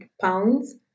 pounds